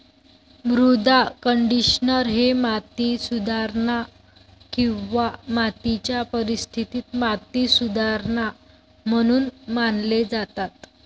मृदा कंडिशनर हे माती सुधारणा किंवा मातीच्या परिस्थितीत माती सुधारणा म्हणून मानले जातात